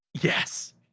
Yes